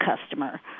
customer